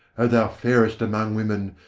o thou fairest among women,